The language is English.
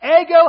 ego